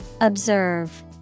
Observe